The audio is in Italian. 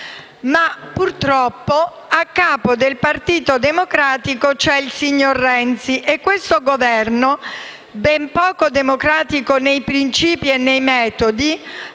Purtroppo, a capo del Partito Democratico c'è il signor Renzi e il Governo, ben poco democratico nei principi e nei metodi,